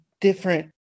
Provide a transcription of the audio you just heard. different